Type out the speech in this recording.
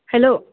hello